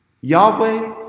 Yahweh